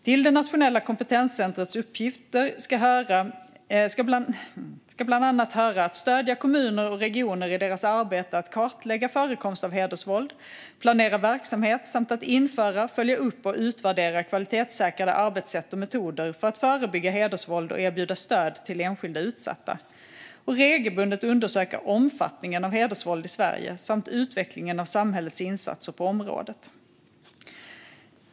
Till det nationella kompetenscentrets uppgifter ska höra bland annat att stödja kommuner och regioner i deras arbete att kartlägga förekomst av hedersvåld, planera verksamhet samt införa, följa upp och utvärdera kvalitetssäkrade arbetssätt och metoder för att förebygga hedersvåld och erbjuda stöd till enskilda utsatta att regelbundet undersöka omfattningen av hedersvåld i Sverige samt utvecklingen av samhällets insatser på området.